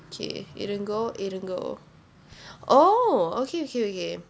K இருங்கோ இருங்கோ:irungo irungo oh okay okay okay